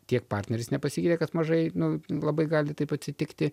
tiek partneris nepasigiria kad mažai nu labai gali taip atsitikti